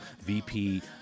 VP